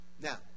Now